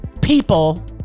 people